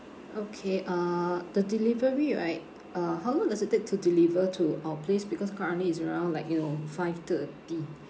okay uh the delivery right uh how long does it take to deliver to our place because currently it's around like you know five thirty